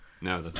No